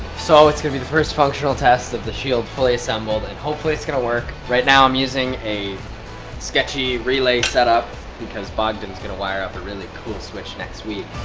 so it's gonna be the first functional test of the shield fully assembled and hopefully it's going to work right now i'm using a sketchy relay set up because bogdan is gonna wire up a really cool switch next week